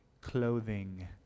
Clothing